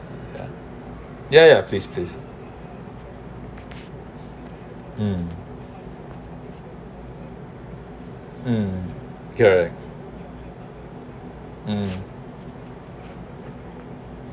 ya ya ya please um um correct um